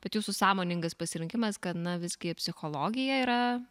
bet jūsų sąmoningas pasirinkimas kad na visgi psichologija yra